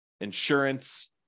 insurance